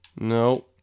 No